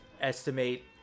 estimate